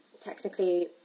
technically